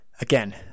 again